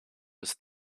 was